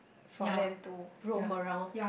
for them to roam around